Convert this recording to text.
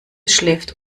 schläft